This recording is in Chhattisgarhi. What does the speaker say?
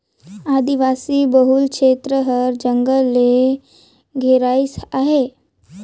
आदिवासी बहुल छेत्र हर जंगल ले घेराइस अहे